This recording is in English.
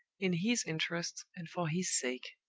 in his interests and for his sake.